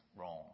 wrong